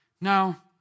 Now